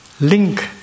link